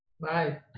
Bye